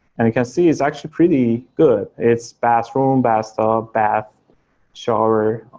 and you can see is actually pretty good. it's bathroom, bath tub, bath shower,